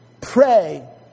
Pray